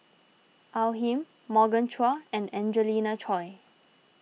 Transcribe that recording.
Al Lim Morgan Chua and Angelina Choy